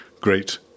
great